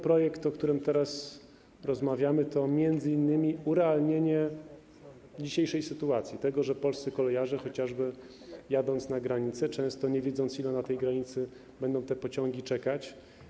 Projekt, o którym teraz rozmawiamy, to m.in. próba urealnienia dzisiejszej sytuacji, tego, że polscy kolejarze, chociażby jadąc na granicę, często nie wiedzą, ile na granicy pociągi będą czekać.